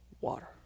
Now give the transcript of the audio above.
water